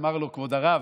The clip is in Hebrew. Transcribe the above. אמר לו: כבוד הרב,